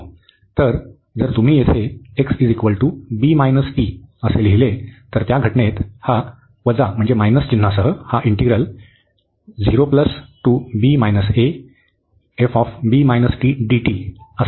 तर जर तुम्ही येथे x b t असे लिहिले तर त्या घटनेत हा वजा चिन्हासह हा इंटिग्रल होईल